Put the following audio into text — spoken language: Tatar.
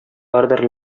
бардыр